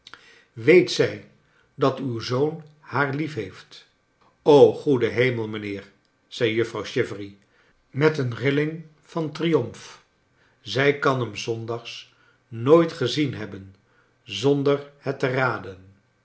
weet zij dat uw zoon haar liefheeft goede hemel mijnheer zei juffrouw chivery met een rilling van triomf zij kan hem s zondags nooit gezien hebben z onder het te raden